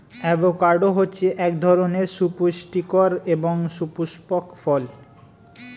avocado হচ্ছে এক ধরনের সুপুস্টিকর এবং সুপুস্পক ফল